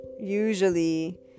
usually